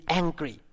angry